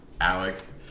Alex